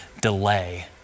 delay